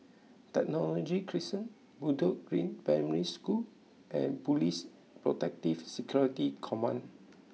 Technology Crescent Bedok Green Primary School and Police Protective Security Command